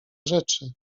rzeczy